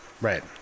Right